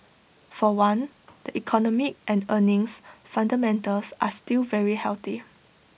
for one the economic and earnings fundamentals are still very healthy